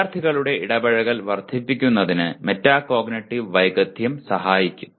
വിദ്യാർത്ഥികളുടെ ഇടപഴകൽ വർദ്ധിപ്പിക്കുന്നതിന് മെറ്റാകോഗ്നിറ്റീവ് വൈദഗ്ദ്ധ്യം സഹായിക്കും